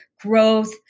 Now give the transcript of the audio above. growth